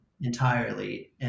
entirely